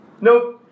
Nope